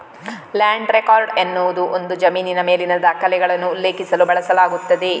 land record ಎನ್ನುವುದು ಒಂದು ಜಮೀನಿನ ಮೇಲಿನ ದಾಖಲೆಗಳನ್ನು ಉಲ್ಲೇಖಿಸಲು ಬಳಸಲಾಗುತ್ತದೆ